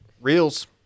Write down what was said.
Reels